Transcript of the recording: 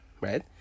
right